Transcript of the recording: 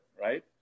right